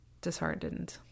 disheartened